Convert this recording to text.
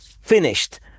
finished